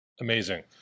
Amazing